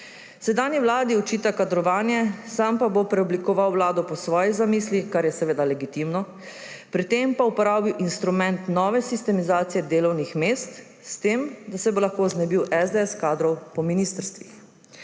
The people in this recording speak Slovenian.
Sedanji vladi očita kadrovanje, sam pa bo preoblikoval Vlado po svojih zamislih, kar je seveda legitimno, pri tem pa uporabil instrument nove sistemizacije delovnih mest, da se bo lahko znebil kadrov SDS po ministrstvih.